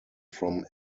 from